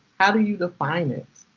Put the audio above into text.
how do you define it?